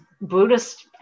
Buddhist